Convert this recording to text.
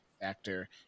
Factor